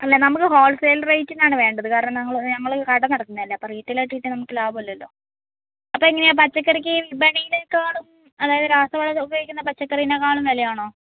അല്ല നമ്മൾ ഹോൾസെയിൽ റേറ്റിനാണ് വേണ്ടത് കാരണം ഞങ്ങൾ ഞങ്ങൾ കട നടത്തുന്നതല്ലേ അപ്പോൾ റീറ്റെയിൽ ആയിട്ട് കിട്ടിയാൽ നമുക്ക് കിട്ടിയാൽ ലാഭം അല്ലല്ലൊ അപ്പോൾ എങ്ങനെയാണ് പച്ചക്കറിക്ക് വെളീനെക്കാളും അതായത് രാസവളം ഉപയോഗിക്കുന്ന പച്ചക്കറീനേക്കാളും വിലയാണോ